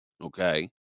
Okay